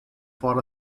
far